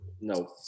No